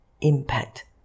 impact